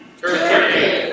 Turkey